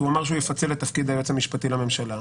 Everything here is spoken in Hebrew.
כי הוא אמר שהוא יפצל את תפקיד היועץ המשפטי לממשלה.